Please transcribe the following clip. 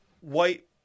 white